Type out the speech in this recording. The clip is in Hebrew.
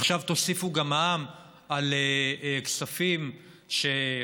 עכשיו תוסיפו גם מע"מ על כספים שחסכתם